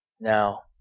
now